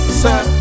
sir